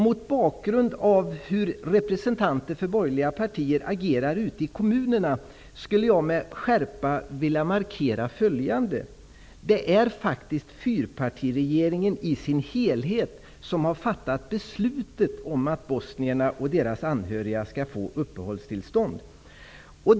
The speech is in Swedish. Mot bakgrund av hur representanter för borgerliga partier agerar ute i kommunerna skulle jag med skärpa vilja markera följande: Det är faktiskt fyrpartiregeringen i sin helhet som har fattat beslutet om att bosnierna och deras anhöriga skall få uppehållstillstånd.